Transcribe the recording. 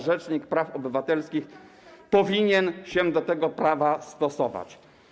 Rzecznik praw obywatelskich powinien się do tego prawa stosować.